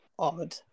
Odd